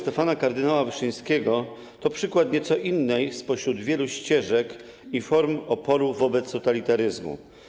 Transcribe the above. Stefana Wyszyńskiego to przykład nieco innej spośród wielu ścieżek i form oporu wobec totalitaryzmu.